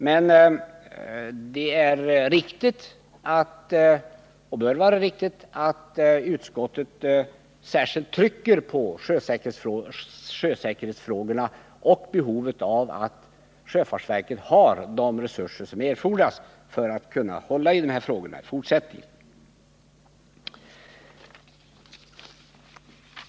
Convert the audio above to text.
Men det bör vara riktigt att utskottet särskilt trycker på sjösäkerhetsfrågorna och behovet av att sjöfartsverket har de resurser som erfordras för att kunna hålla i frågorna i fortsättningen.